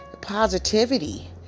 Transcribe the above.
positivity